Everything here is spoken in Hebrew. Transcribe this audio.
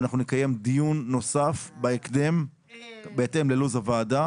ואנחנו נקיים דיון נוסף בהקדם בהתאם ללו"ז הוועדה